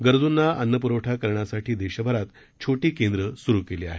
गरजूंना अन्नपुरवठा करण्यासाठी देशभरात छोटी केंद्र सुरु केली आहेत